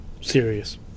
Serious